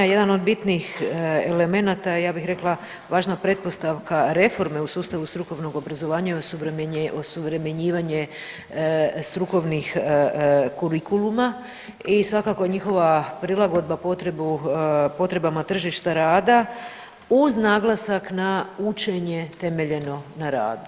Jedan od bitnih elemenata je ja bih rekla važna pretpostavka reforme u sustavu strukovnog obrazovanja i osuvremenjivanje suvremenih kurikuluma i svakako njihova prilagodba potrebama tržišta rada uz naglasak na učenje temeljeno na radu.